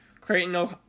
Creighton